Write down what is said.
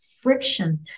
friction